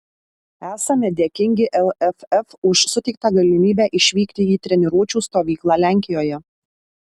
esame dėkingi lff už suteiktą galimybę išvykti į treniruočių stovyklą lenkijoje